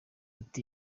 ati